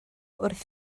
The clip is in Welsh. wrth